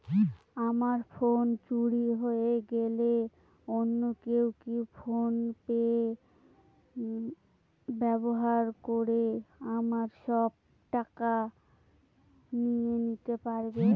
আমার ফোন চুরি হয়ে গেলে অন্য কেউ কি ফোন পে ব্যবহার করে আমার সব টাকা নিয়ে নিতে পারবে?